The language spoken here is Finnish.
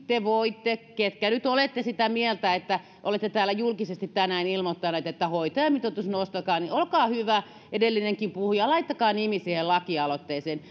te voitte ketkä nyt olette sitä mieltä olette täällä julkisesti tänään ilmoittaneet että hoitajamitoitus nostakaa olkaa hyvä edellinenkin puhuja laittakaa nimi siihen lakialoitteeseen